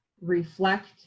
reflect